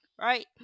Right